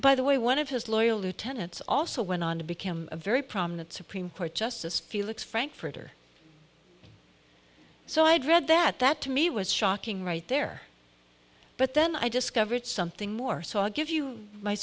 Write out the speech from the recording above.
by the way one of his loyal lieutenants also went on to become a very prominent supreme court justice felix frankfurter so i had read that that to me was shocking right there but then i discovered something more saw give you my